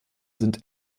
sind